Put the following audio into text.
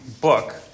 book